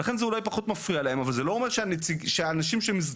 ולכן זה פחות מפריע להם אבל זה לא אומר שהאנשים שמזדהים